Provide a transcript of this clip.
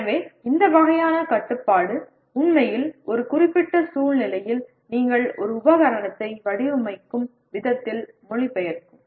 எனவே இந்த வகையான கட்டுப்பாடு உண்மையில் ஒரு குறிப்பிட்ட சூழ்நிலையில் நீங்கள் ஒரு உபகரணத்தை வடிவமைக்கும் விதத்தில் மொழிபெயர்க்கும்